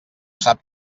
sap